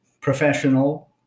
professional